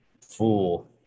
fool